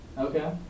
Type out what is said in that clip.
Okay